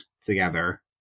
together